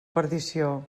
perdició